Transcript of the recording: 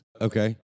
Okay